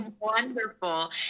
wonderful